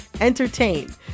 entertain